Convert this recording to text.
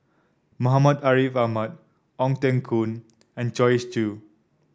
Muhammad Ariff Ahmad Ong Teng Koon and Joyce Jue